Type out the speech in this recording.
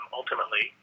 ultimately